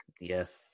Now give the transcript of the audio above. Yes